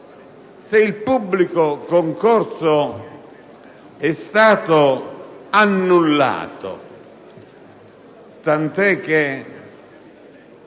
Se il pubblico concorso è stato annullato - tanto che